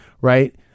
right